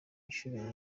inshuro